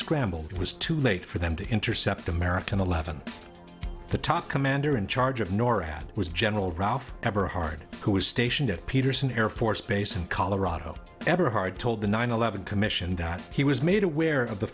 scrambled it was too late for them to intercept american eleven the top commander in charge of norad was general routh ever hard who was stationed at peterson air force base in colorado ever hard told the nine eleven commission that he was made aware of the